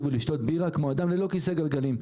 ולשתות בירה כמו אדם ללא כיסא גלגלים,